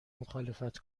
مخالفت